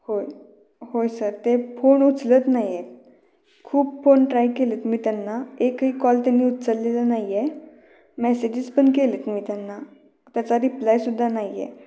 होय होय सर ते फोन उचलत नाही आहेत खूप फोन ट्राय केले आहेत मी त्यांना एकही कॉल त्यांनी उचललेला नाही आहे मेसेजेस पण केलेत मी त्यांना त्याचा रिप्लायसुद्धा नाही आहे